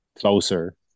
closer